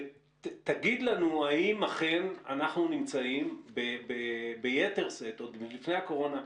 ותגיד לנו אם אכן אנחנו נמצאים עוד מלפני הקורונה,